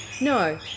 No